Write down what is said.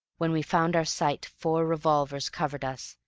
when we found our sight four revolvers covered us,